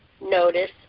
notice